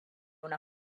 una